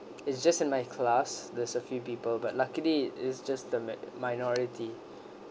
it's just in my class there's a few people but luckily it is just the mi~ minority